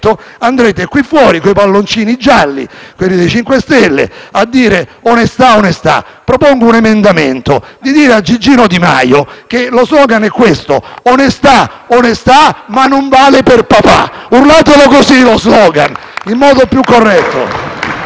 i palloncini gialli, voi dei 5 Stelle, a dire: "Onestà, onestà". Propongo un emendamento: dite a Giggino Di Maio che lo *slogan* è il seguente: "Onestà, onestà, ma non vale per papà". Urlatelo così lo *slogan*, in modo più corretto.